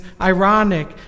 ironic